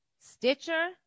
Stitcher